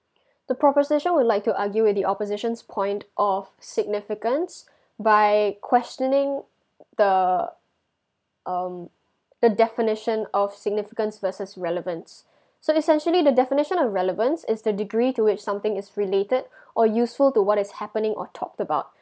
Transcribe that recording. the proposition would like to argue with the opposition's point of significance by questioning the um the definition of significance versus relevance so essentially the definition of relevance is the degree to which something is related or useful to what is happening or talked about